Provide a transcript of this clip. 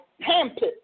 handpicked